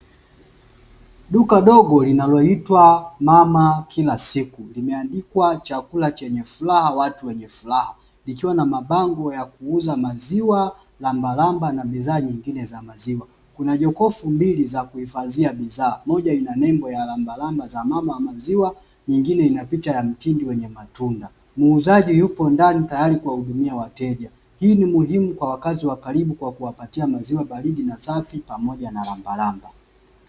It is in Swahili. Duka dogo linaloitwa "mama kilasiku"limeandikwa chakula chenye furaha kwa watu wenye furaha likiwa na mabango ya kuuza maziwa, rambaramba na bidhaa nyingine za maziwa, kuna jokofu mbili za kuhifadhia bidhaa moja ina nembo ya rambaramba za mama wa maziwa, nyingine ina picha ya mtindi wenye matunda. Muuzaji yupo ndani tayari kuwahudumia wateja, hii ni muhimu kwa wakazi wa karibu kwa kuwapatia maziwa baridi na safi, pamoja na rambaramba.